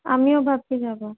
আমিও ভাবছি যাব